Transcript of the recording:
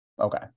Okay